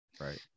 right